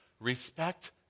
respect